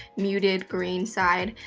muted green side.